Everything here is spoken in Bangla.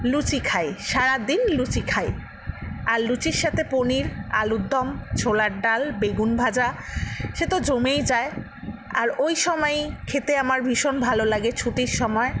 লুচি খাই সারাদিন লুচি খাই আর লুচির সাথে পনীর আলুর দম ছোলার ডাল বেগুন ভাজা সে তো জমেই যায় আর ওই সময়ই খেতে আমার ভীষণ ভালো লাগে ছুটির সময়